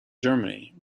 germany